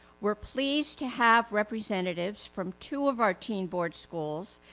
we're pleased to have representatives from two of our teen board schools,